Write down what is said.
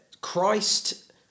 christ